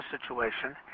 situation